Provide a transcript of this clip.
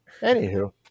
Anywho